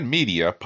Media